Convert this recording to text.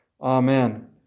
Amen